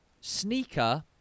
sneaker